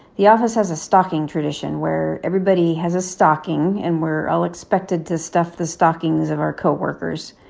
the office has a stocking tradition where everybody has a stocking. and we're all expected to stuff the stockings of our co-workers.